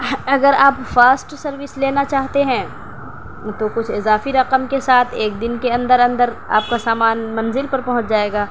اگر آپ fast service لینا چاہتے ہیں تو کچھ اضافی رقم کے ساتھ ایک دن کے اندر اندر آپ کا سامان منزل پر پہنچ جائے گا